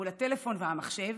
מול הטלפון והמחשב,